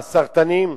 מה, הסרטנים?